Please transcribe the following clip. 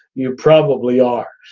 you probably are.